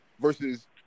versus